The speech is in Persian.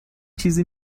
چیزی